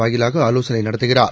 வாயிலாக ஆலோசனை நடத்துகிறார்